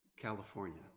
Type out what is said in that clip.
California